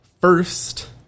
first